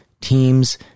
teams